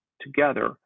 together